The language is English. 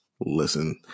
listen